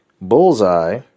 Bullseye